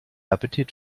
appetit